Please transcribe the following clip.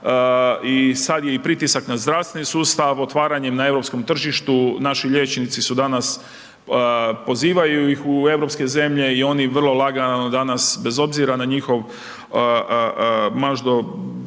i sad je i pritisak na zdravstveni sustav, otvaranje na europskom tržištu, naši liječnici su danas, pozivaju ih u europske zemlje i oni vrlo lagano danas bez obzira na njihov